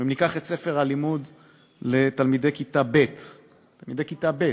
ואם ניקח את ספר הלימוד לתלמידי כיתה ב' תלמידי כיתה ב'